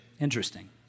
Interesting